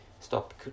stop